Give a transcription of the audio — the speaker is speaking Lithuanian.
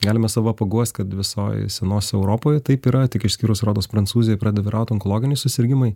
galime save paguost kad visoj senos europoj taip yra tik išskyrus rodos prancūzijoj pradeda vyraut onkologiniai susirgimai